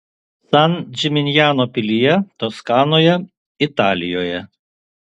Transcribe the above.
san džiminjano pilyje toskanoje italijoje